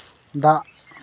ᱫᱟᱜ